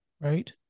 Right